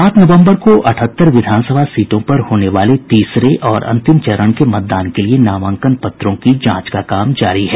सात नम्बर को अठहत्तर विधान सभा सीटों पर होने वाले तीसरे और अंतिम चरण के मतदान के लिए नामांकन पत्रों की जांच का काम जारी है